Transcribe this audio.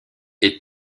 est